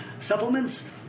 Supplements